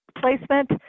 placement